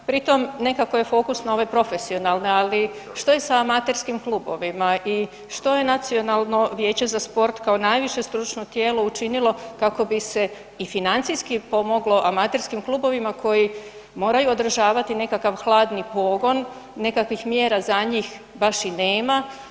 Pri tom nekako je fokus na ove profesionalne, ali što je sa amaterskim klubovima i što je Nacionalno vijeće za sport kao najviše stručno tijelo učinilo kako bi se i financijski pomoglo amaterskim klubovima koji moraju održavati nekakav hladni pogon, nekakvih mjera za njih baš i nema.